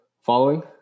Following